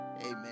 Amen